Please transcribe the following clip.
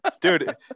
Dude